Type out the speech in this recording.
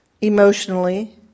emotionally